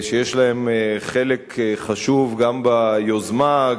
שיש להם חלק חשוב גם ביוזמה,